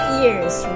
Year's